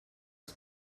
els